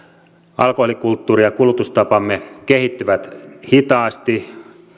alkoholikulttuuri ja kulutustapamme kehittyvät hitaasti